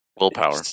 Willpower